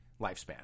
lifespan